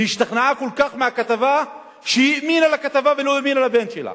השתכנעה כל כך מהכתבה שהאמינה לכתבה ולא האמינה לבן שלה.